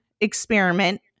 experiment